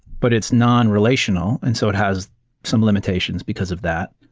but it's non-relational, and so it has some limitations because of that.